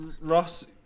Ross